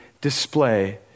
display